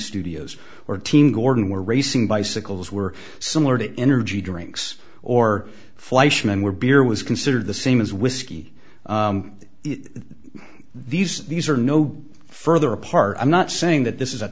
studios or team gordon were racing bicycles were similar to energy drinks or fleishman were beer was considered the same as whiskey these these are no further apart i'm not saying that this is a